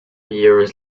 years